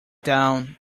down